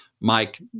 Mike